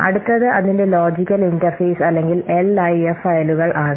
അടുത്തത് അതിന്റെ logical interface അല്ലെങ്കിൽ എൽഐഎഫ് ഫയലുകൾ ആണ്